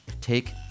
take